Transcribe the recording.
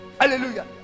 hallelujah